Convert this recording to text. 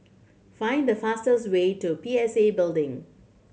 find the fastest way to P S A Building